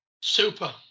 Super